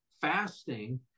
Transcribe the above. fasting